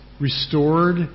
restored